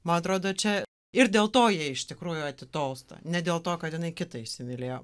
man atrodo čia ir dėl to jie iš tikrųjų atitolsta ne dėl to kad jinai kitą įsimylėjo